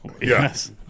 Yes